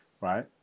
right